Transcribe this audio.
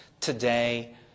Today